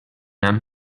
hemm